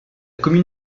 commune